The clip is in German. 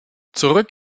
zurück